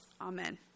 Amen